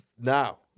Now